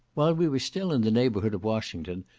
while we were still in the neighbourhood of washington,